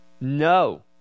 No